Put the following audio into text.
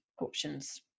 options